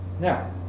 Now